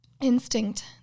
instinct